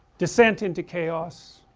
descent into chaos,